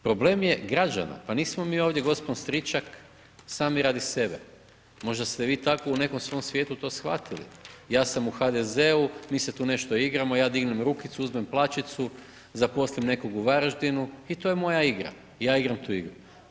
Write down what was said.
Problem je građana, pa nismo mi ovdje gospon Stričak, sami radi sebe, možda ste vi tako u nekom svom svijetu to shvatili, ja sam u HDZ-u, mi se tu nešto igramo, ja dignem rukicu, uzmem plaćicu, zaposlim nekog u Varaždinu i to je moja igra, ja igram tu igru.